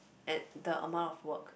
at the amount of work